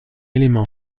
élément